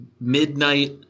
midnight